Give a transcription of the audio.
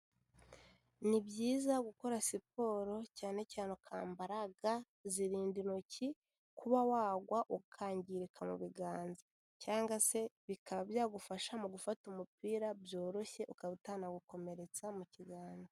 Ni byiza gukora siporo, cyane cyane ukambara ga, zirinda intoki kuba wagwa ukangirika mu biganza cyangwa se bikaba byagufasha mu gufata umupira byoroshye ukaba utanagukomeretsa mu kiganza.